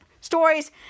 stories